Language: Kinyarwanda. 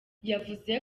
yavuze